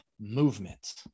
movement